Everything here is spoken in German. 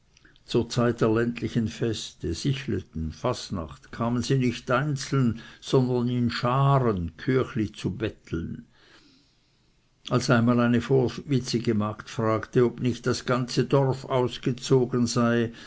zur zeit der ländlichen feste sichleten fasnacht kamen sie nicht einzeln sondern in scharen küchli zu betteln als einmal eine vorwitzige magd fragte ob nicht das ganze dorf ausgezogen sei